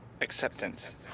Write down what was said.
Acceptance